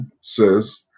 says